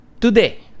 today